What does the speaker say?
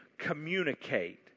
Communicate